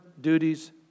duties